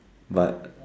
but